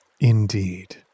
Indeed